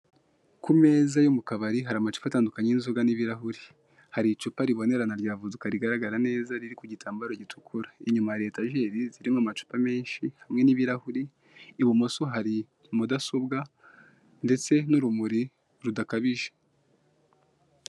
Ku meza yo mukabari hari amacupa atandukanye y'izoga n'ibirahure hari icupa ribonerana rya vodoka rigaragara neza riri ku gitambaro gitukura, inyuma hari etajeri zirimo amacupa menshi hamwe n'ibirahure ibumoso hari mudasobwa ndetse n'urumuri rudakabije.